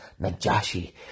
Najashi